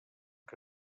que